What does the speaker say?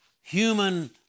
human